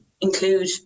include